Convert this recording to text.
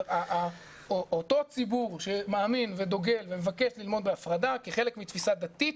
אותו ציבור שמאמין ודוגל ומבקש ללמוד בהפרדה כחלק מתפיסה דתית,